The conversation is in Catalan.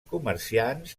comerciants